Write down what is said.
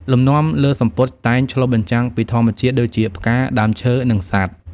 លំនាំលើសំពត់តែងឆ្លុះបញ្ចាំងពីធម្មជាតិដូចជាផ្កា ដើមឈើ និងសត្វ។